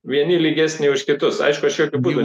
vieni lygesni už kitus aišku aš jokiu būdu